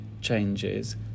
changes